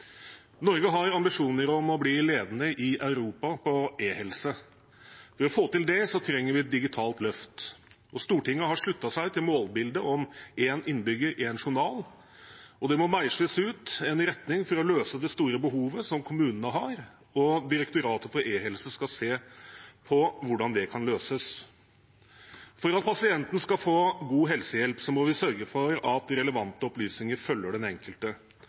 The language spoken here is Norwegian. Norge har ambisjoner om å bli ledende i Europa på e-helse. For å få til det trenger vi et digitalt løft, og Stortinget har sluttet seg til målbildet for «Én innbygger – én journal». Det må meisles ut en retning for å løse det store behovet som kommunene har, og Direktoratet for e-helse skal se på hvordan det kan løses. For at pasienten skal få god helsehjelp, må vi sørge for at relevante opplysninger følger den enkelte.